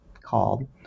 called